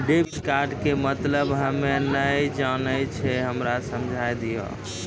Debit card के मतलब हम्मे नैय जानै छौ हमरा समझाय दियौ?